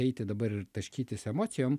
eiti dabar ir taškytis emocijom